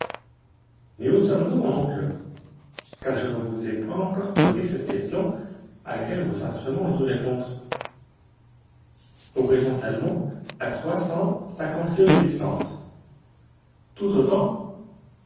mais où sommes-nous mon oncle car je ne vous ai point encore posé cette question à laquelle vos instruments ont dû répondre horizontalement à trois cent cinquante lieues de l'islande tout autant